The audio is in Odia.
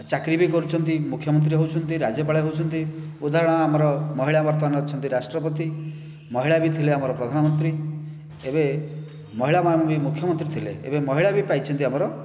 ଚାକିରୀ ବି କରୁଛନ୍ତି ମୁଖ୍ୟମନ୍ତ୍ରୀ ହେଉଛନ୍ତି ରାଜ୍ୟପାଳ ହେଉଛନ୍ତି ଉଦାହରଣ ଆମର ମହିଳା ବର୍ତ୍ତମାନ ଅଛନ୍ତି ରାଷ୍ଟ୍ରପତି ମହିଳା ବି ଥିଲେ ଆମର ପ୍ରଧାନମନ୍ତ୍ରୀ ଏବେ ମହିଳାମାନେ ବି ମୁଖ୍ୟମନ୍ତ୍ରୀ ଥିଲେ ଏବେ ମହିଳା ବି ପାଇଛନ୍ତି ଆମର